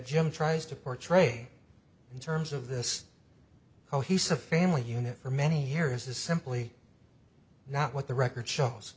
jim tries to portray in terms of this cohesive family unit for many years is simply not what the record shows